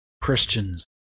Christians